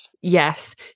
Yes